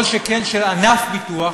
כל שכן של ענף ביטוח,